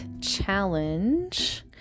challenge